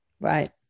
Right